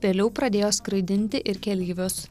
vėliau pradėjo skraidinti ir keleivius